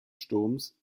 sturms